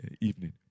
evening